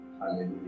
Hallelujah